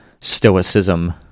stoicism